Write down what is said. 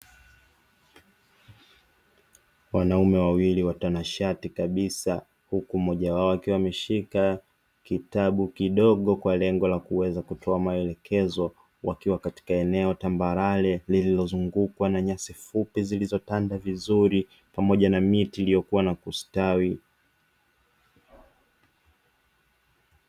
Wanaume wawili watanashati kabisa, huku mmoja wao akiwa ameshika kitabu kidogo kwa lengo la kuweza kutoa maelekezo. Wakiwa katika eneo tambarare lililozungukwa na nyasi fupi zilizotanda vizuri pamoja na miti iliyokua na kustawi.